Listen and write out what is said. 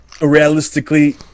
Realistically